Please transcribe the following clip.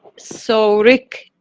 so, rick